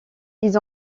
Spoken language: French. ils